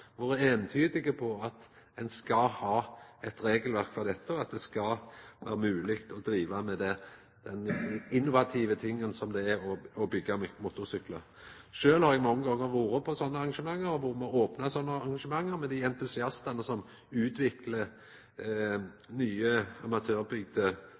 vore eintydige på at ein skal ha eit regelverk for dette, og at det skal vera mogleg å drive med den innovative tingen det er å byggja motorsyklar. Sjølv har eg mange gonger vore på slike arrangement – eg har vore med på å opna slike arrangement – med dei entusiastane som bl.a. utviklar